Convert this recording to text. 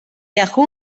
yahoo